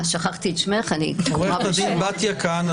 עוה"ד בתיה כהנא,